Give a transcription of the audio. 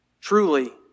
Truly